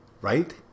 Right